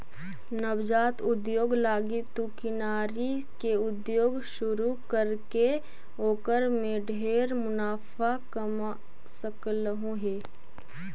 नवजात उद्योग लागी तु किनारी के उद्योग शुरू करके ओकर में ढेर मुनाफा कमा सकलहुं हे